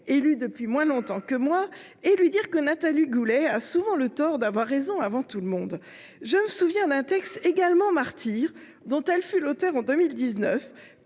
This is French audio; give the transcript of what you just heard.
élu depuis moins longtemps que moi, et lui dire que Nathalie Goulet a souvent le tort d’avoir raison avant tout le monde ! Je me souviens d’un texte, également martyr, dont elle fut l’auteur en 2020,